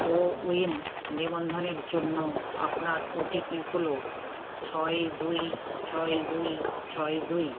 CoWIN নিবন্ধনের জন্য আপনার ও টি পি হলো ছয় দুই ছয় দুই ছয় দুই